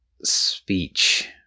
speech